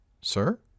Sir